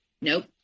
Nope